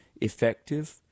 effective